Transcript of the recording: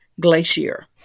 glacier